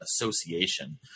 Association